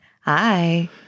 Hi